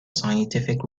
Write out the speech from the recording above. scientific